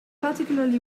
particularly